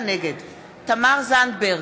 זנדברג,